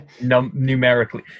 numerically